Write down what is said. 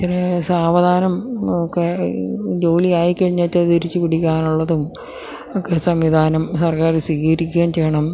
ഇത്രയും സാവധാനമൊക്കെ ജോലിയായിക്കഴിഞ്ഞിട്ടെ തിരിച്ചുപിടിക്കാവൂവെന്നുള്ളതും ഒക്കെ സംവിധാനം സർക്കാര് സ്വീകരിക്കുകയും ചെയ്യണം